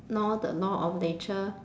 ~nore the law of nature